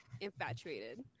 infatuated